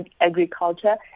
agriculture